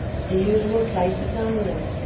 at the usual place assigned them.